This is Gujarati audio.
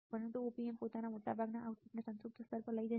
પરંતુ op amp પોતાના મોટાભાગના આઉટપુટને સંતૃપ્ત સ્તર પર લઈ જશે